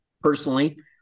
Personally